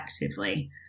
effectively